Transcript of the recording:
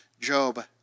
Job